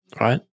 right